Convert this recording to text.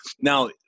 now